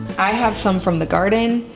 i have some from the garden.